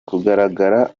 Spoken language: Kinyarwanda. kugaragara